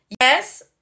yes